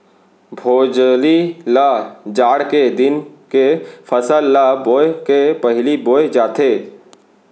भोजली ल जाड़ के दिन के फसल ल बोए के पहिली बोए जाथे